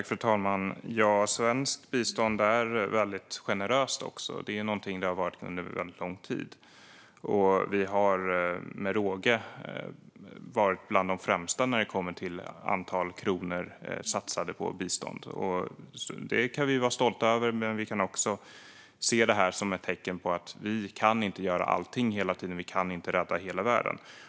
Fru talman! Svenskt bistånd är också väldigt generöst och har varit så under lång tid. Vi är med råge bland de främsta när det gäller hur mycket pengar vi satsar på bistånd, och det kan vi vara stolta över. Men vi måste också se att vi inte hela tiden kan göra allt och att vi inte kan rädda hela världen.